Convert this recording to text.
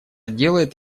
делает